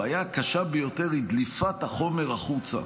הבעיה הקשה ביותר היא דליפת החומר החוצה,